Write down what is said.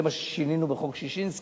זה מה ששינינו בחוק ששינסקי,